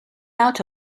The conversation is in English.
out